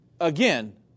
again